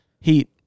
heat